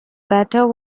better